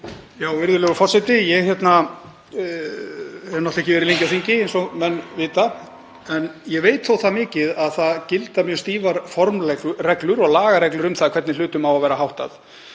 Virðulegur forseti. Ég hef náttúrlega ekki verið lengi á þingi eins og menn vita, en ég veit þó það mikið að það gilda mjög stífar formreglur og lagareglur um það hvernig hlutum á að vera háttað.